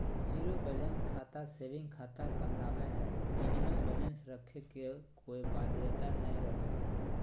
zero balance खाता saving खाता कहलावय हय मिनिमम बैलेंस रखे के कोय बाध्यता नय रहो हय